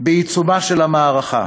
בעיצומה של המערכה,